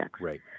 Right